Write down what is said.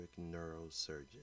neurosurgeon